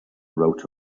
wrote